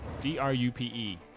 D-R-U-P-E